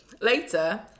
Later